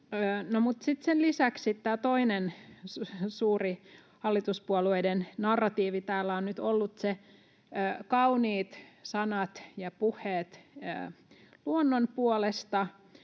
sen lisäksi tämä toinen suuri hallituspuolueiden narratiivi täällä on nyt ollut kauniit sanat ja puheet luonnon puolesta,